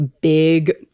big